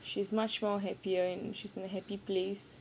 she's much more happier and she's in a happy place